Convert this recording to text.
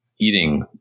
eating